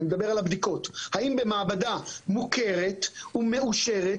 האם במעבדה מוכרת ומאושרת?